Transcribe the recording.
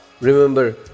Remember